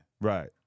Right